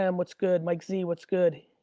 um what's good? mike z, what's good?